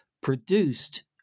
produced